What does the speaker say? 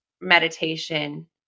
meditation